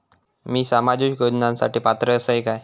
मी सामाजिक योजनांसाठी पात्र असय काय?